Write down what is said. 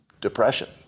depression